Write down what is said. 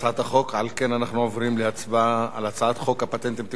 אנחנו עוברים להצבעה על הצעת חוק הפטנטים (תיקון מס' 10),